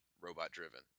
robot-driven